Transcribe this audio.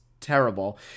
terrible